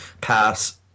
pass